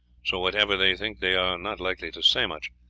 so whatever they think they are not likely to say much,